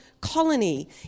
colony